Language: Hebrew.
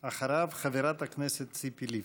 אחריו, חברת הכנסת ציפי לבני.